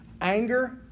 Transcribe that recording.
Anger